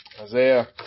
Isaiah